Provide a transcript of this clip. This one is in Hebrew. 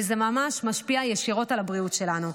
וזה ממש משפיע ישירות על הבריאות שלנו.